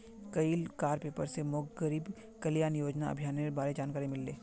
कइल कार पेपर स मोक गरीब कल्याण योजना अभियानेर बारे जानकारी मिलले